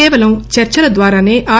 కేవలం చర్చల ద్వారాసే ఆర్